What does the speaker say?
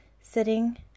Sitting